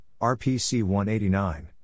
RPC-189